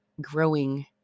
growing